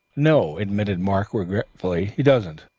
no, admitted mark regretfully. he doesn't.